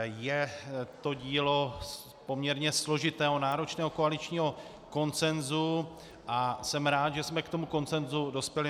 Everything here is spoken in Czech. Je to dílo poměrně složitého náročného koaličního konsenzu a jsem rád, že jsme k tomu konsenzu dospěli.